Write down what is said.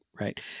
Right